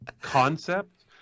concept